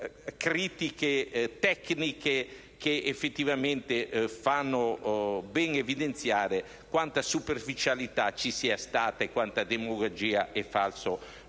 criticità tecniche che effettivamente fanno ben evidenziare quanta superficialità, quanta demagogia e quanto